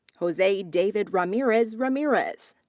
jose david ramirez ramirez.